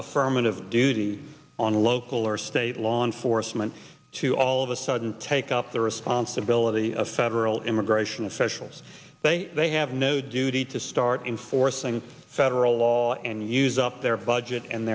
affirmative duty on local or state law enforcement to all of a sudden take up the responsibility of federal immigration officials they have no duty to start enforcing federal law and use up their budget and